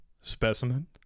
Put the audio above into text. specimen